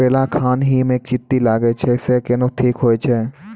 करेला खान ही मे चित्ती लागी जाए छै केहनो ठीक हो छ?